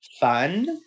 fun